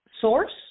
source